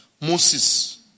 Moses